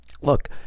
look